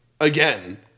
Again